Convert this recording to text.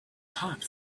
hot